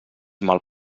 mal